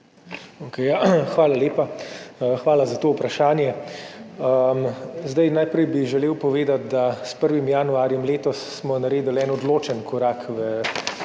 Hvala lepa. Hvala za to vprašanje. Najprej bi želel povedati, da smo s 1. januarjem letos naredili en odločen korak v